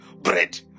bread